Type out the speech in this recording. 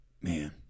Man